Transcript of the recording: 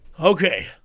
Okay